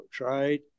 right